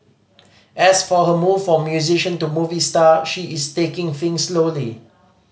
as for her move from musician to movie star she is taking things slowly